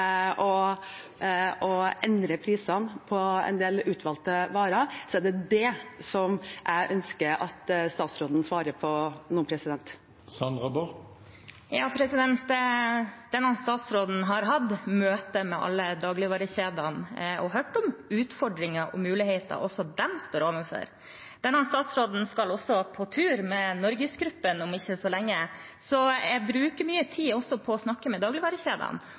å endre prisene på en del utvalgte varer, er det det jeg ønsker at statsråden svarer på nå. Denne statsråden har hatt møte med alle dagligvarekjedene og hørt om utfordringer og muligheter også de står overfor. Denne statsråden skal også på tur med NorgesGruppen om ikke så lenge. Jeg bruker mye tid på å snakke med dagligvarekjedene. Det er klart det er viktig med samarbeid og også konkurranse i dagligvarekjedene. Det jeg har utfordret dagligvarekjedene